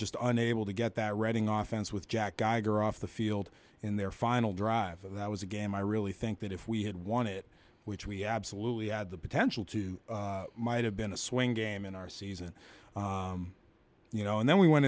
just unable to get that reading off fans with jack geiger off the field in their final drive that was a game i really think that if we had won it which we absolutely had the potential to might have been a swing game in our season you know and then we went